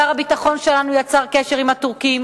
שר הביטחון שלנו יצר קשר עם הטורקים,